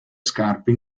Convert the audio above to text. scarpe